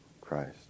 Christ